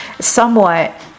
somewhat